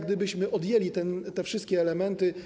Gdybyśmy odjęli te wszystkie elementy.